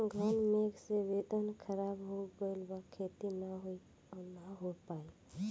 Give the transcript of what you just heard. घन मेघ से वेदर ख़राब हो गइल बा खेती न हो पाई